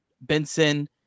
Benson